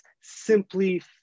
simply